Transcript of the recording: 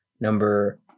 Number